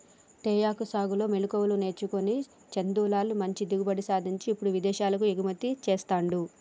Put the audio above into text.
తేయాకు సాగులో మెళుకువలు నేర్చుకొని చందులాల్ మంచి దిగుబడి సాధించి ఇప్పుడు విదేశాలకు ఎగుమతి చెస్తాండు